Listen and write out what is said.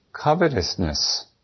Covetousness